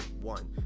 one